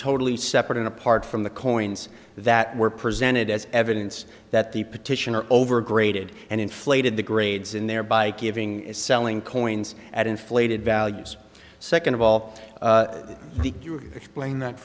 totally separate and apart from the coins that were presented as evidence that the petitioner over graded and inflated the grades in their by giving is selling coins at inflated values second of all the you explain that